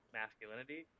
masculinity